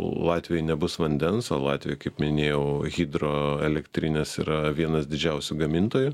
latvijoj nebus vandens o latvijoj kaip minėjau hidro elektrinės yra vienas didžiausių gamintojų